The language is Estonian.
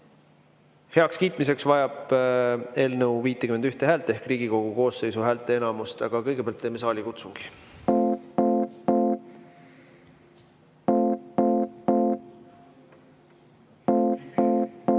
Heakskiitmiseks vajab eelnõu [vähemalt] 51 häält ehk Riigikogu koosseisu häälteenamust, aga kõigepealt teeme saalikutsungi.